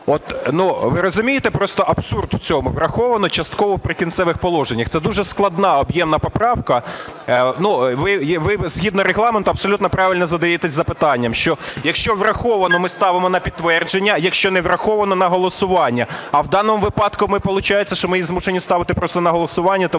ви розумієте просто абсурд в цьому враховано частково в "Прикінцевих положеннях", це дуже складна об'ємна поправка. Ви згідно Регламенту абсолютно правильно задаєтесь запитанням, що якщо враховано, ми ставимо на підтвердження, якщо не враховано – на голосування. А в даному випадку ми, получається, що ми їх змушені ставити просто на голосування, тому